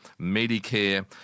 Medicare